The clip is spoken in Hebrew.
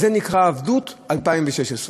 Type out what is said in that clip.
זה נקרא עבדות 2016,